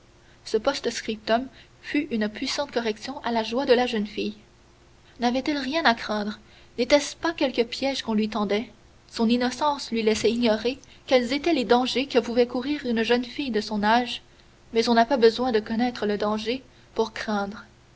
ce post-scriptum fut une puissante correction à la joie de la jeune fille n'avait-elle rien à craindre n'était-ce pas quelque piège qu'on lui tendait son innocence lui laissait ignorer quels étaient les dangers que pouvait courir une jeune fille de son âge mais on n'a pas besoin de connaître le danger pour craindre